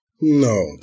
No